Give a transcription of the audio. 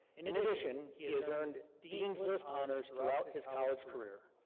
in in addition he has earned dean's list honors throughout his his college career.